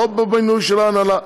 לא במינוי של ההנהלה,